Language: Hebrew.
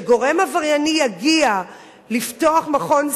כשגורם עברייני יגיע לפתוח מכון ספא,